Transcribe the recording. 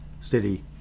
City